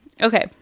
Okay